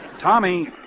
Tommy